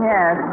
Yes